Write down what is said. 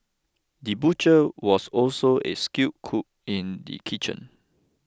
the butcher was also a skilled cook in the kitchen